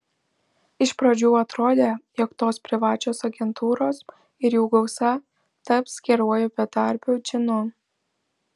iš pradžių atrodė jog tos privačios agentūros ir jų gausa taps geruoju bedarbių džinu